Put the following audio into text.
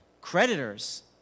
Creditors